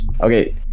okay